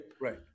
right